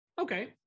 Okay